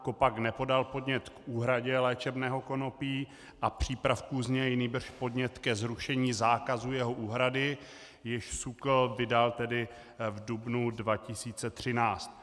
KOPAC nepodal podnět k úhradě léčebného konopí a přípravků z něj, nýbrž podnět ke zrušení zákazu jeho úhrady, jež SÚKL vydal v dubnu 2013.